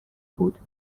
بود